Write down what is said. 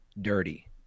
dirty